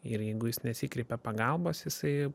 ir jeigu jis nesikreipia pagalbos jisai